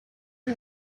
you